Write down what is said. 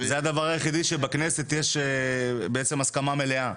זה הדבר היחידי שבכנסת יש הסכמה מלאה.